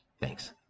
Thanks